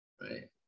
right